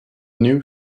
new